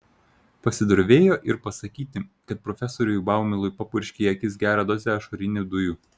pasidrovėjo ir pasakyti kad profesoriui baumilui papurškė į akis gerą dozę ašarinių dujų